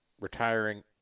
retiring